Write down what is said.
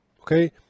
okay